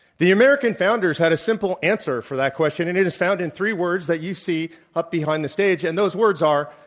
the american founders had a simple answer for that question and it is found in three words that you see up behind the stage and those words are,